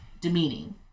demeaning